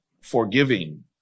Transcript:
forgiving